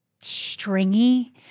stringy